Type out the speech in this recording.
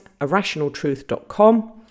irrationaltruth.com